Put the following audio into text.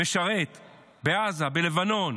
משרת בעזה, בלבנון,